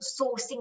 sourcing